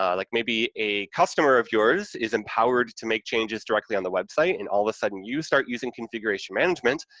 um like, maybe a customer of yours is empowered to make changes directly on the website, and, all of a sudden, you start using configuration management,